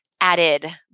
added